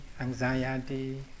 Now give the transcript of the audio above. anxiety